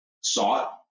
sought